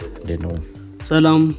Salam